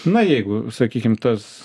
na jeigu sakykim tas